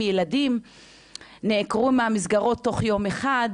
ילדים נעקרו מהמסגרות תוך יום אחד,